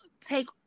take